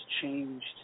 changed